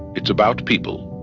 it's about people,